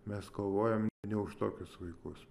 mes kovojom ne už tokius vaikus